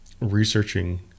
researching